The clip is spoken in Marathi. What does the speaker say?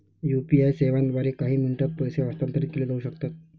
यू.पी.आई सेवांद्वारे काही मिनिटांत पैसे हस्तांतरित केले जाऊ शकतात